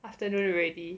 afternoon already